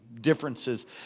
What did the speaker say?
differences